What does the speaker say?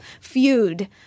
feud